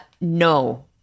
no